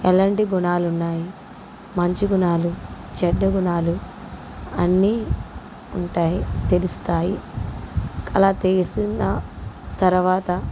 ఎలాంటి గుణాలున్నాయి మంచి గుణాలు చెడ్డ గుణాలు అన్ని ఉంటాయి తెలుస్తాయి అలా తెలిసిన తరవాత